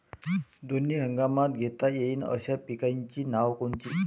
दोनी हंगामात घेता येईन अशा पिकाइची नावं कोनची?